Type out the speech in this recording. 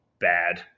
Bad